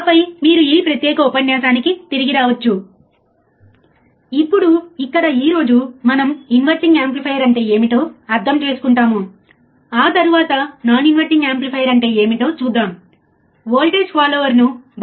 ఆపై మనం CMRR ని చూశాము inverting amplifier non inverting amplifier ఓసిలేటర్లను కూడా చూశాము